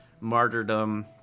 martyrdom